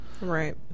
Right